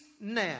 now